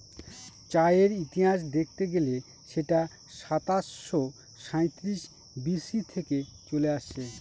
চায়ের ইতিহাস দেখতে গেলে সেটা সাতাশো সাঁইত্রিশ বি.সি থেকে চলে আসছে